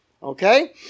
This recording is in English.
Okay